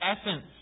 essence